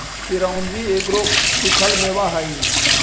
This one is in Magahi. चिरौंजी एगो सूखल मेवा हई